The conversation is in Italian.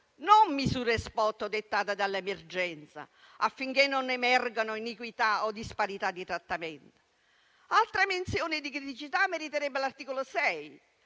non misure *spot* o dettate dall'emergenza affinché non emergano iniquità o disparità di trattamento. Altra menzione di criticità meriterebbe l'articolo 6,